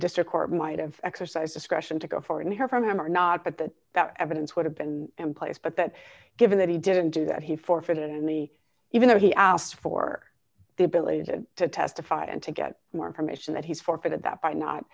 district court might have exercise discretion to go forward and hear from him or not but that that evidence would have been employees but that given that he didn't do that he forfeited in me even though he asked for the ability to testify and to get more information that he's forfeited that by not